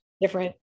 different